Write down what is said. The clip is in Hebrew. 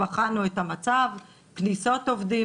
בחנו את המצב כניסות עובדים,